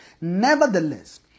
Nevertheless